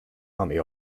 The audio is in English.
army